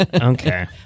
Okay